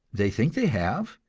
they think they have,